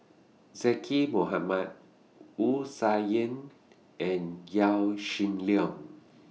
Zaqy Mohamad Wu Tsai Yen and Yaw Shin Leong